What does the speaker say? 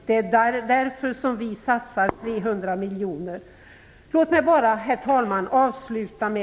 Det är därför som vi satsar 300 miljoner mer.